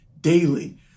daily